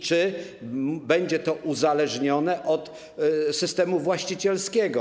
Czy będzie to uzależnione od systemu właścicielskiego?